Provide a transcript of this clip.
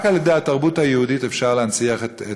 רק על-ידי התרבות היהודית אפשר להנציח את